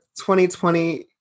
2020